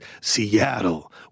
Seattle